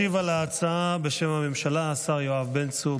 ישיב על ההצעה, בשם הממשלה, השר יואב בן צור.